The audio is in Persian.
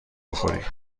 بخوری